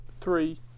Three